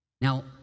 Now